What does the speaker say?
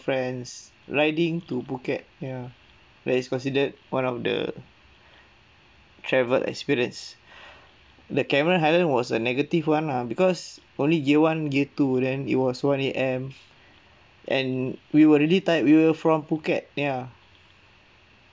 friends riding to phuket ya where it's considered one of the travelled experience the cameron highland was a negative one lah because only gear one gear two then it was one A_M and we were really tired we were from phuket ya